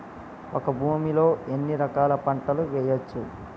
ఒక భూమి లో ఎన్ని రకాల పంటలు వేయచ్చు?